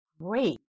great